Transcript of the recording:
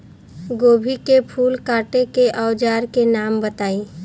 गोभी के फूल काटे के औज़ार के नाम बताई?